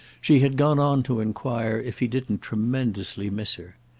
she had gone on to enquire if he didn't tremendously miss her.